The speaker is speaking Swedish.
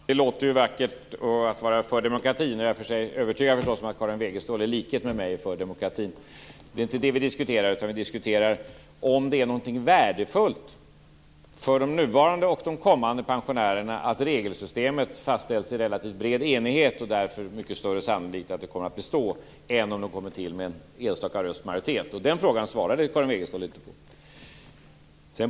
Fru talman! Det låter ju vackert att vara för demokratin, och jag är i och för sig övertygad om att Karin Wegestål i likhet med mig är för demokratin. Det är inte det som vi diskuterar utan om det är någonting värdefullt för de nuvarande pensionärerna och de kommande pensionärerna i att regelsystemet fastställs i relativt bred enighet och att det därför är mycket större sannolikhet för att det kommer att bestå än om det kommit till med en enstaka rösts majoritet. Den frågan svarade Karin Wegestål inte på.